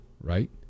right